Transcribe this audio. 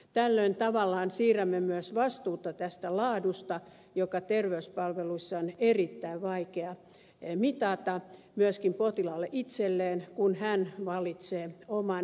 tällöin tavallaan siirrämme myös vastuuta tästä laadusta joka terveyspalveluissa on erittäin vaikea mitata myöskin potilaalle itselleen kun hän valitsee oman hammaslääkärinsä